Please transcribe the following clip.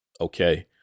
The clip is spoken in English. Okay